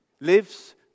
lives